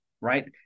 right